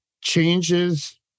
changes